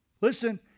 Listen